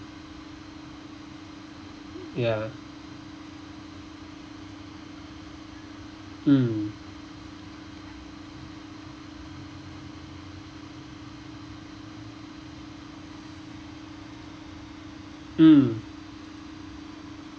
ya mm mm